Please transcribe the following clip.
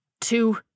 two